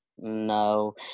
no